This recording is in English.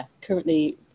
currently